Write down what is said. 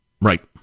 right